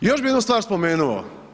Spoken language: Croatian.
I još bi jednu stvar spomenuo.